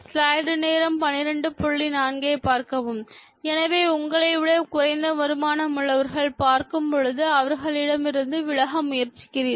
slide நேரத்தைப் பார்க்கவும் 1204 எனவே உங்களைவிட குறைந்த வருமானம் உள்ளவர்கள் பார்க்கும்பொழுது அவர்களிடமிருந்து விலக முயற்சிக்கிறீர்கள்